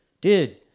dude